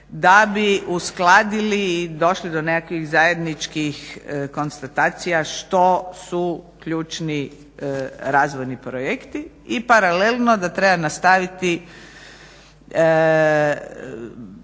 da bi uskladili i došli do nekakvih zajedničkih konstatacija što su ključni razvojni projekti i paralelno da treba nastaviti